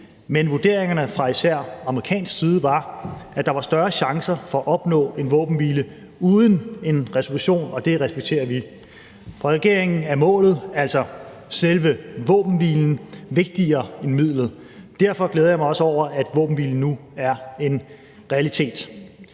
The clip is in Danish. men vurderingerne fra især amerikansk side var, at der var større chancer for at opnå en våbenhvile uden en resolution – og det respekterer vi. For regeringen er målet, altså selve våbenhvilen, vigtigere end midlet. Derfor glæder jeg mig også over, at våbenhvilen nu er en realitet.